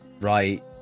Right